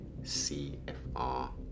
CFR